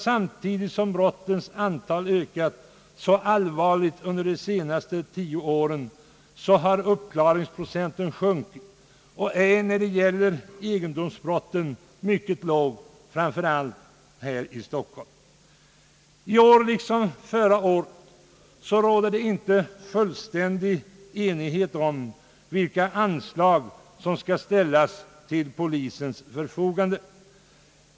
Samtidigt som brottens antal ökat allvarligt under de senaste tio åren har alltså uppklaringsprocenten sjunkit, och den är när det gäller egendomsbrotten mycket låg, framför allt i Stockholm. Det råder i år, liksom förra året, inte fullständig enighet om hur stora anslag som skall ställas till polisens förfogande.